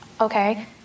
okay